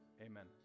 Amen